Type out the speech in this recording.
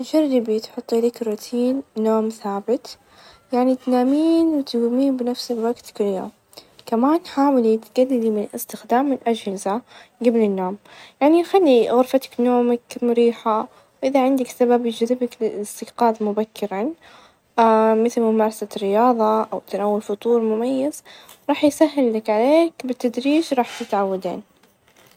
جربي تحطي لك روتين نوم ثابت، يعني تنامين ،وتقومين بنفس الوقت كل يوم، كمان حاولي تقللي من استخدام الأجهزة قبل النوم، يعني خلي غرفتك نومك مريحة، وإذا عندك سبب يجذبك للاستيقاظ مبكرًا مثل: ممارسة الرياظة، أو تناول فطور مميز راح يسهل لك عليك بالتدريج راح تتعودين.